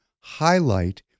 highlight